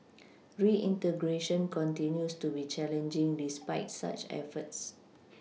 reintegration continues to be challenging despite such efforts